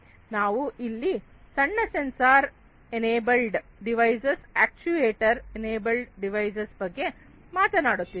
ನಾವು ಇಲ್ಲಿ ಸಣ್ಣ sensor enabled devices actuators enabled devices ಬಗ್ಗೆ ಮಾತನಾಡುತ್ತಿದ್ದೇವೆ